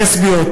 לסביות,